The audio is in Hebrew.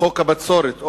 מס הבצורת.